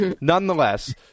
nonetheless